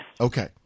Okay